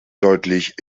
deutlich